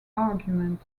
argument